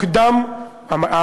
במוקדם, חשבתי המעשים.